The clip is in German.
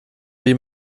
wie